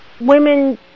women